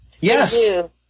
Yes